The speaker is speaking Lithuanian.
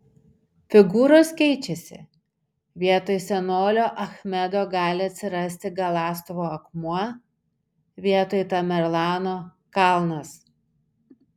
figūros keičiasi vietoj senolio achmedo gali atsirasti galąstuvo akmuo vietoj tamerlano kalnas